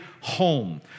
home